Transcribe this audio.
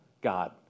God